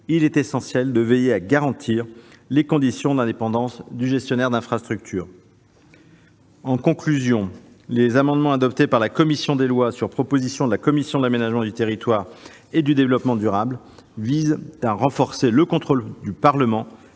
il est essentiel de veiller à garantir les conditions d'indépendance du gestionnaire d'infrastructure. En conclusion, les amendements adoptés par la commission des lois, sur proposition de la commission de l'aménagement du territoire et du développement durable, visent à renforcer le contrôle du Parlement